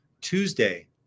Tuesday